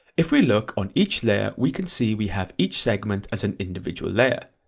if we look on each layer we can see we have each segment as an individual layer,